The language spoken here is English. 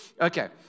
Okay